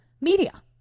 media